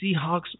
Seahawks